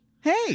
Hey